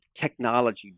technology